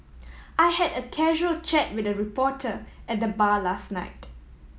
I had a casual chat with a reporter at the bar last night